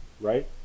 right